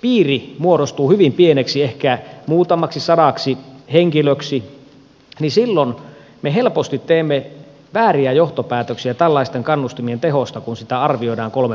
piiri muodostuu hyvin pieneksi ehkä muutamaksi sadaksi henkilöksi niin silloin me helposti teemme vääriä johtopäätöksiä tällaisten kannustimien tehosta kun sitä arvioidaan kolmen vuoden päästä